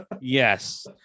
Yes